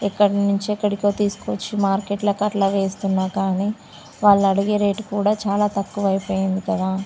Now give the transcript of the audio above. ఎక్కడి నుంచి ఎక్కడికో తీసుకు వచ్చి మార్కెట్ల అలా వేస్తున్నా కానీ వాళ్లు అడిగే రేటు కూడా చాలా తక్కువ అయిపోయింది కదా